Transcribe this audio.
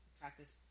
practice